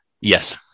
Yes